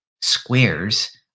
squares